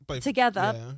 together